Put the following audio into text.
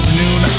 noon